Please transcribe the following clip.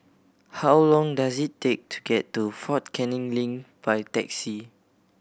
how long does it take to get to Fort Canning Link by taxi